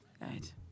Right